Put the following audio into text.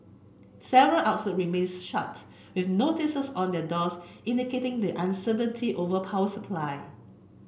several outlets remained shut with notices on their doors indicating the uncertainty over power supply